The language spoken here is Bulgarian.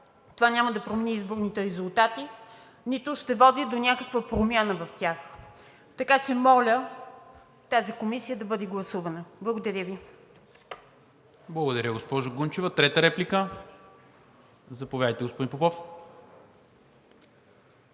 Това няма да промени изборните резултати, нито ще води до някаква промяна в тях. Така че моля тази комисия да бъде гласувана. Благодаря Ви. ПРЕДСЕДАТЕЛ НИКОЛА МИНЧЕВ: Благодаря Ви, госпожо Гунчева. Трета реплика? Заповядайте, господин Попов.